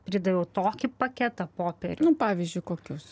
pridaviau tokį paketą popierių nu pavyzdžiui kokius